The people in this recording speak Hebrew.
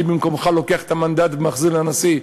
אני במקומך לוקח את המנדט ומחזיר לנשיא.